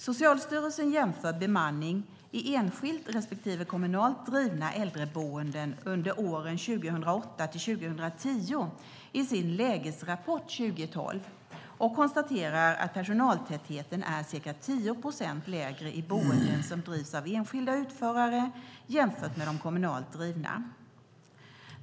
Socialstyrelsen jämför bemanning i enskilt respektive kommunalt drivna äldreboenden under åren 2008-2010 i sin Lägesrapport 2012 och konstaterar att personaltätheten är ca 10 procent lägre i boenden som drivs av enskilda utförare jämfört med de kommunalt drivna.